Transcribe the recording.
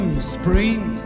spring